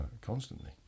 constantly